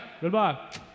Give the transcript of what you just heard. Goodbye